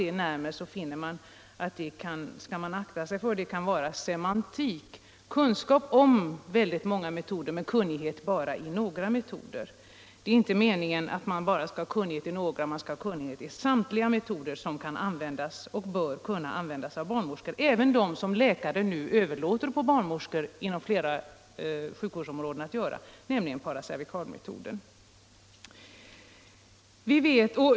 Det kan ses som en semantisk fråga men risken är att därmed avses att barnmorskorna skall ha kunskap om många metoder men kunnighet bara i några. Det kan enligt min uppfattning inte ha varit riksdagens mening 1971 att man skall ha kunnighet bara i några metoder utan man skall ha kunnighet i samtliga metoder som kan och bör användas av barnmorskor, även den som läkaren nu överlåter på barnmorskor inom flera sjukvårdsområden att tillämpa, nämligen paracervikalmetoden.